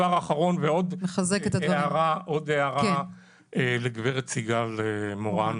ועוד הערה לגב' סיגל מורן,